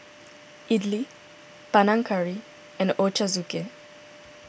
Idili Panang Curry and Ochazuke